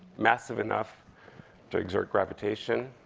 massive enough to exert gravitation,